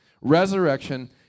Resurrection